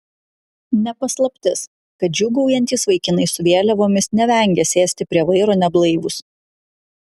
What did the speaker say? ne paslaptis kad džiūgaujantys vaikinai su vėliavomis nevengia sėsti prie vairo neblaivūs